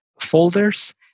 folders